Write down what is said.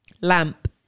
lamp